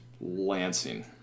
Lansing